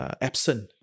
absent